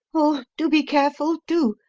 oh, do be careful, do!